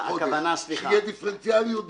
שיהיה דיפרנציאליות בזה.